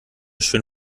schön